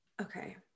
okay